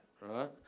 right